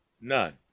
none